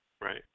right